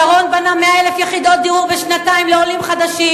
שרון בנה 100,000 יחידות דיור בשנתיים לעולים חדשים.